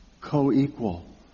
co-equal